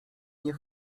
nie